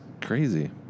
crazy